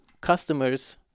customers